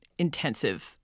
Intensive